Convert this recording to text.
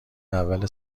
اول